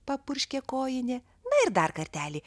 papurškė kojinė na ir dar kartelį